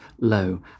low